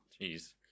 Jeez